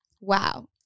Wow